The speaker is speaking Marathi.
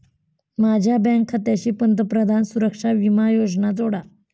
माझ्या बँक खात्याशी पंतप्रधान सुरक्षा विमा योजना जोडा